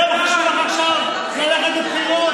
זה מה שחשוב לך עכשיו, ללכת לבחירות?